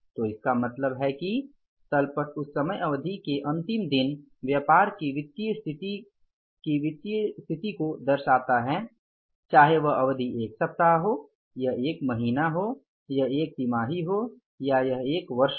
तो इसका मतलब है कि तल पट उस समय अवधि के अंतिम दिन व्यापार की वित्तीय स्थिति को वित्तीय स्थिति को दर्शाती है चाहे वह अवधि एक सप्ताह हो यह एक महीना हो यह एक तिमाही हो या यह एक वर्ष हो